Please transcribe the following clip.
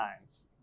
times